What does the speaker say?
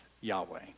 Yahweh